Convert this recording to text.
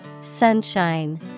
Sunshine